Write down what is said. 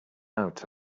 out